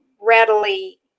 readily